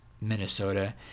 Minnesota